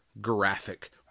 graphic